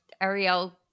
Ariel